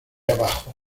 abajo